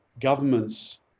Governments